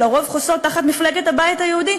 שלרוב חוסים תחת מפלגת הבית היהודי,